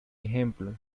ejemplo